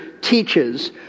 teaches